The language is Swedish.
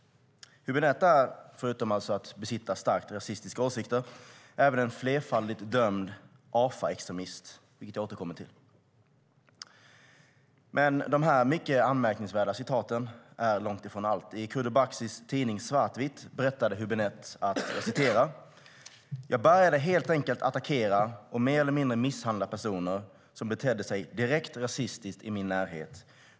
Hübinette är - förutom att han besitter starkt rasistiska åsikter - en flerfaldigt dömd AFA-extremist, vilket jag återkommer till. Dessa mycket anmärkningsvärda citat är långt ifrån allt. I Kurdo Baksis tidning Svartvitt berättar Hübinette: "Jag började helt enkelt attackera och mer eller mindre misshandla personer som betedde sig direkt rasistiskt i min närhet.